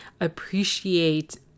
appreciate